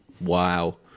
Wow